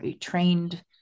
trained